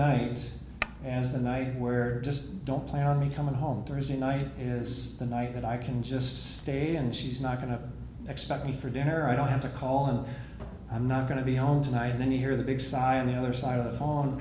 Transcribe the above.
nights as the night where just don't plan on me coming home thursday night is the night that i can just stay and she's not going to expect me for dinner i don't have to call him i'm not going to be home tonight and then you hear the big sigh on the other side of the phone